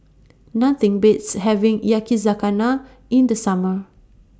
Nothing Beats having Yakizakana in The Summer